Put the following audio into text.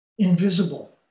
Invisible